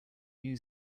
new